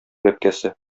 бәбкәсе